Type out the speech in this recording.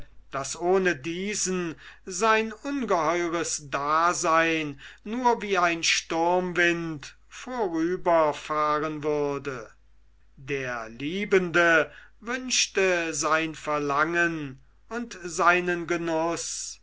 daß ohne diesen sein ungeheures dasein nur wie ein sturmwind vorüberfahren würde der liebende wünschte sein verlangen und seinen genuß